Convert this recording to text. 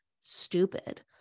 stupid